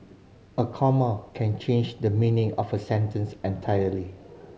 a comma can change the meaning of a sentence entirely